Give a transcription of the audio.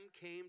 came